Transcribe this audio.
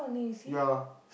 ya